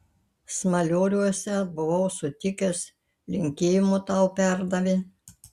smalioriuose buvau sutikęs linkėjimų tau perdavė